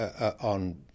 on